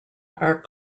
are